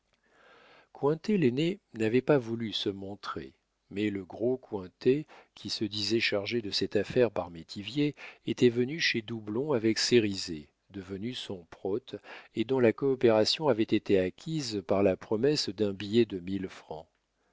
l'aîné n'avait pas voulu se montrer mais le gros cointet qui se disait chargé de cette affaire par métivier était venu chez doublon avec cérizet devenu son prote et dont la coopération avait été acquise par la promesse d'un billet de mille francs